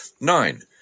Nine